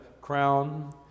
crown